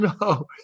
No